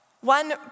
One